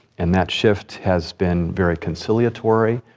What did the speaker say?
and that shift has been very conciliatory.